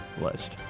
list